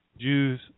Jews